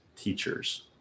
teachers